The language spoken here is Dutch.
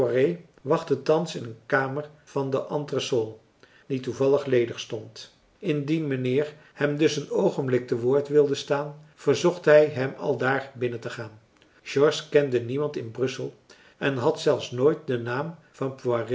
wachtte thans in een kamer van den entresol die toevallig ledig stond indien mijnheer hem dus een oogenblik te woord wilde staan verzocht hij hem aldaar binnentegaan george kende niemand in brussel en had zelfs nooit den naam van